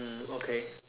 mm okay